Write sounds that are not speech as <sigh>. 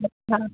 <unintelligible>